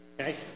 Okay